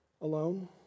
alone